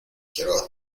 quiero